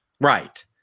right